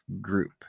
group